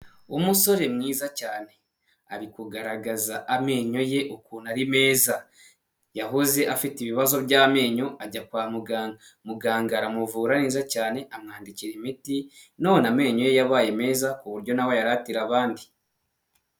Umusore mwiza cyane. Ari kugaragaza amenyo ye ukuntu ari mez. Yahoze afite ibibazo by'amenyo, ajya kwa muganga. Muganga aramuvura neza cyane, amwandikira imiti, none amenyo ye yabaye meza, ku buryo na we ayaratira abandi.